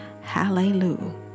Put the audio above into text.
Hallelujah